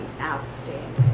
outstanding